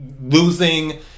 losing